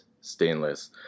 stainless